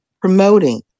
promoting